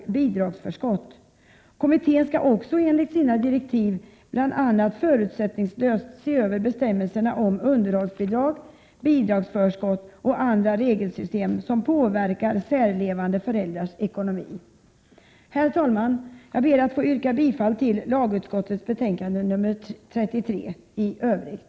1987/88:124 skall också enligt direktiven bl.a. förutsättningslöst se över bestämmelserna 20 maj 1988 om underhållsbidrag, bidragsförskott och andra regelsystem som påverkar särlevande föräldrars ekonomi. Herr talman! Jag ber att få yrka bifall till hemställan i lagutskottets betänkande nr 33 i övrigt.